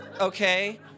Okay